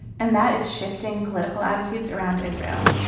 and that is shifting political attitudes around israel.